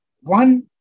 One